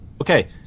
Okay